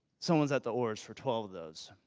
someone's at the oars for twelve of those.